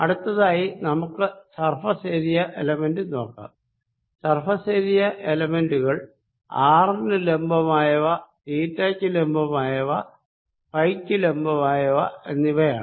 അടുത്തതായി നമുക്ക് surface area element നോക്കാം സർഫേസ് ഏരിയ എലെമെന്റുകൾ ആറിന് ലംബമായവ തീറ്റക്ക് ലംബമായവ ഫൈ ക്ക് ലംബമായവ എന്നിവയാണ്